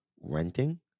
renting